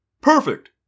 Perfect